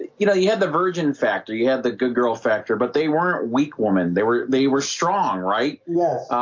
you know you had the virgin factor. you had the good girl factor, but they weren't a weak woman. they were they were strong, right? yeah